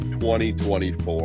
2024